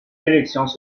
élections